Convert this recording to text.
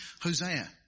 Hosea